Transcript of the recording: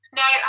no